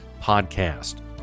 podcast